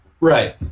Right